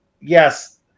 Yes